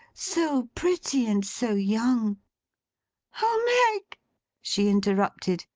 so pretty and so young oh meg she interrupted,